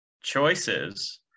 choices